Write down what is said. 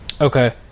Okay